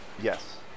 Yes